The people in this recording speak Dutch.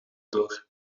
door